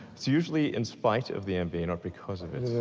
it's usually in spite of the mba, not because of it.